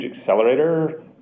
accelerator